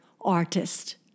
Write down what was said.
artist